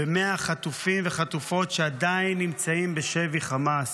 ב-100 החטופים והחטופות שעדיין נמצאים בשבי חמאס,